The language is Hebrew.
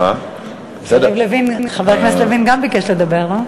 גם חבר הכנסת לוין ביקש לדבר.